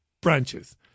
branches